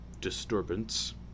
disturbance